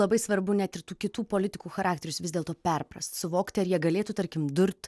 labai svarbu net ir tų kitų politikų charakterius vis dėlto perprast suvokti ar jie galėtų tarkim durt